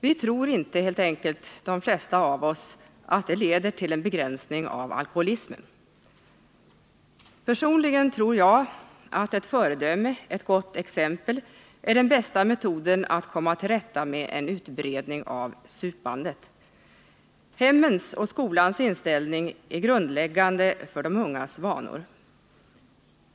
De flesta av oss tror helt enkelt inte att det leder till en begränsning av alkoholismen. Personligen tror jag att ett föredöme, ett gott exempel, är den bästa metoden att komma till rätta med utbredningen av ”supandet”. Hemmens och skolans inställning är grundläggande för de ungas vanor.